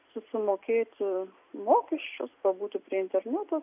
susimokėti mokesčius pabūti prie interneto